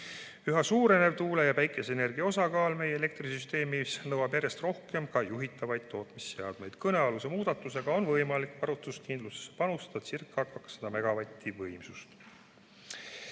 Üha suurenev tuule- ja päikeseenergia osakaal meie elektrisüsteemis nõuab järjest rohkem ka juhitavaid tootmisseadmeid. Kõnealuse muudatusega on võimalik varustuskindlusse panustadacirca200 megavatti võimsust.